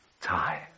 time